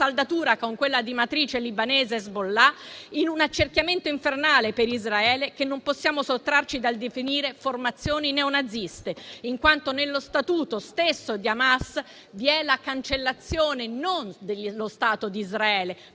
saldatura con quella di matrice libanese, gli Hezbollah, in un accerchiamento infernale per Israele; una forza che non possiamo sottrarci dal definire formazione neonazista, in quanto nello statuto stesso di Hamas vi è la cancellazione non dello Stato di Israele,